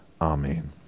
Amen